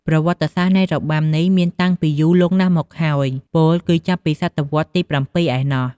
ប្រវត្តិសាស្ត្រនៃរបាំនេះមានតាំងពីយូរលង់ណាស់មកហើយ ពោលគឺចាប់ពីសតវត្សរ៍ទី ៧ ឯណោះ។